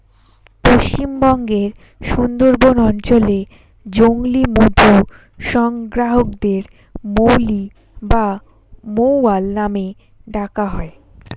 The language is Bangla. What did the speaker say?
পশ্চিমবঙ্গের সুন্দরবন অঞ্চলে জংলী মধু সংগ্রাহকদের মৌলি বা মৌয়াল নামে ডাকা হয়